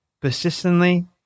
persistently